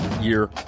year